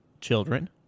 children